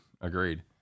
Agreed